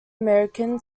american